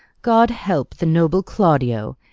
god help the noble claudio!